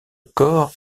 corps